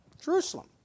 Jerusalem